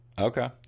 Okay